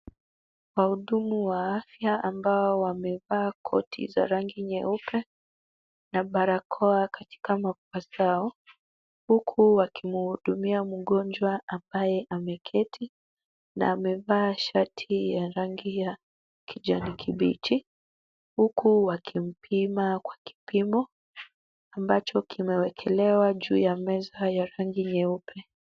Wahudumu wa afya ambao wamevaa koti za rangi nyeupe na barakoa katika mapua zao huku wakimhudumia mgonjwa ambaye ameketi na amevaa shati ya rangi ya kijani kibichi, huku wakimpima kwa kipimo ambacho kinawekelewa juu ya meza ya rangi nyeupe.